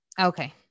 Okay